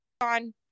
on